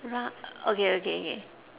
okay okay okay